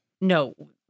no